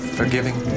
forgiving